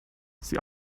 sie